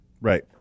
Right